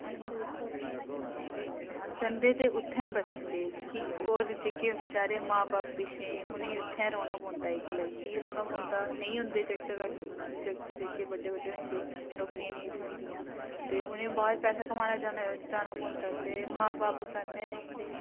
जंदे ते उत्थें बस्सी जंदे कि होर जेह्के बेचारे मां बब्ब पिच्छें उ'नेंगी उत्थें रौह्ना पौंदा इकल्ले की रौह्ना पौंदा नेईं होंदे जागत कच्छ जागत जेह्के बड्डे बड्डे होई जंदे नौकरियां नेईं थ्होंदियां ते उ'नेंगी बाह्र पैसा कमाने जाना पौंदा ते मां बब्ब कल्ले रेही जंदे